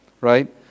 right